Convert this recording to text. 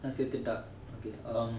நான் செத்துட்டா:naan sethutaa okay um